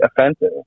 offensive